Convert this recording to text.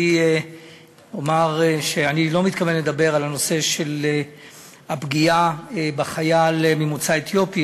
אומר שאני לא מתכוון לדבר על הנושא של הפגיעה בחייל ממוצא אתיופי.